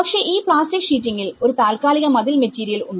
പക്ഷേ ഈ പ്ലാസ്റ്റിക് ഷീറ്റിങ്ങിൽ ഒരു താൽക്കാലിക മതിൽ മെറ്റീരിയൽ ഉണ്ട്